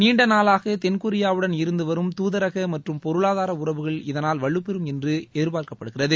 நீண்ட நாளாக தென்கொரியாவுடன் இருந்தவரும் துதரக மற்றம் பொருளாதார உறவுகள் இதனால் வலுபெரும் என்றும் எதிர்பார்க்கப்படுகிறது